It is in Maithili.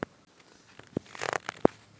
प्राकृतिक उत्पाद कोय रूप म हानिकारक नै होय छै